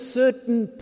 certain